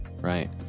right